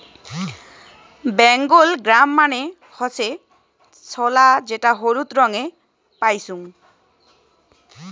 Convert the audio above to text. Bengal gram মানে হসে ছোলা যেটা হলুদ রঙে পাইচুঙ